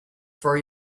for